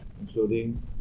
including